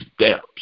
steps